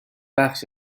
بخش